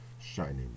shining